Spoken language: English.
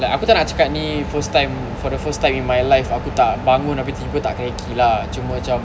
like aku tak nak cakap ni first time for the first time in my life ah aku tak bangun abeh tiba tak cranky lah cuma cam